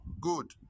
Good